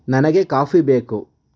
ನನಗೆ ಕಾಫಿ ಬೇಕು